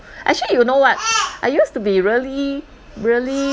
actually you know what I used to be really really